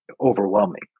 overwhelming